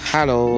Hello